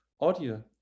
audio